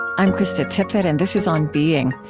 i'm krista tippett, and this is on being.